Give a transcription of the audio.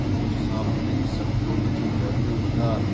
હું સાંભળી શકતો નથી વોલ્યૂમ વધાર